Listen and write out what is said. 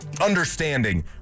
understanding